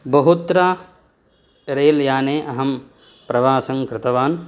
बहुत्र रेल् याने अहं प्रवासङ्कृतवान्